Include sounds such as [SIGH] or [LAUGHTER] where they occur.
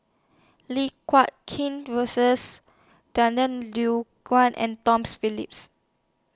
Lim Guat Kheng Rosies [UNINTELLIGIBLE] and Tom Phillips